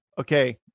okay